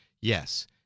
Yes